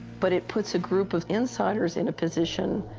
but it puts a group of insiders in a position,